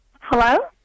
Hello